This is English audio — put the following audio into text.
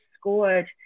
scored